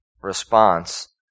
response